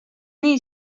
nii